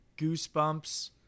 goosebumps